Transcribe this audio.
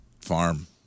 farm